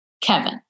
Kevin